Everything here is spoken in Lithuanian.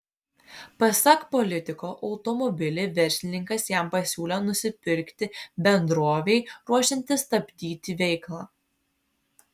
pasak politiko automobilį verslininkas jam pasiūlė nusipirkti bendrovei ruošiantis stabdyti veiklą